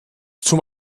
zum